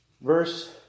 verse